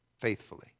faithfully